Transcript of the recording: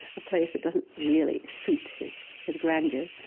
a place that doesn't really suit his his grandeur,